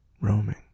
Roaming